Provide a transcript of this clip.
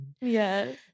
Yes